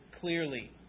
clearly